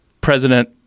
President